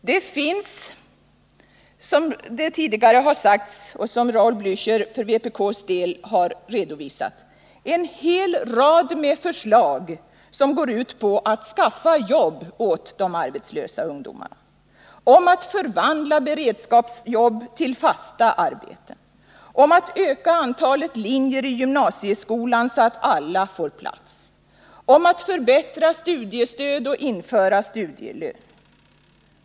Det finns, som Raul Blächer från vpk redan har redovisat, en hel rad förslag som går ut på att skaffa jobb åt de arbetslösa ungdomarna, om att förvandla beredskapsjobb till fasta arbeten, om att öka antalet linjer i gymnasieskolan så att alla får plats, om att förbättra studiestödet och om att införa studielön.